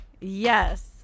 Yes